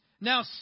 now